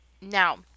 now